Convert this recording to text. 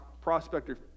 Prospector